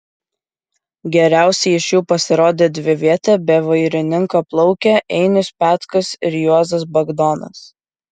geriausiai iš jų pasirodė dviviete be vairininko plaukę einius petkus ir juozas bagdonas